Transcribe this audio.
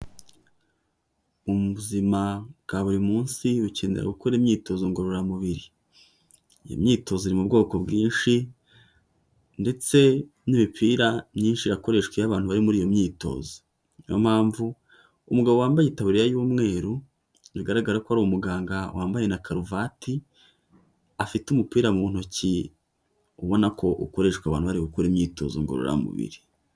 Ubuzima bwa buri munsi ukenera gukora imyitozo ngororamubiri, iyo imyitozo iri mu bwoko bwinshi ndetse n'imipira myinshi irakoreshwa iyo abantu bari muri iyo myitozo, niyo mpamvu umugabo wambaye itaburiya y'umweru, bigaragara ko ari umuganga wambaye na karuvati, afite umupira mu ntoki ubona ko ukoreshwa abantu bari gukora imyitozo ngororamubiri.